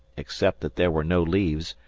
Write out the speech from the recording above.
except that there were no leaves,